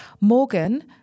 Morgan